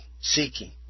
seeking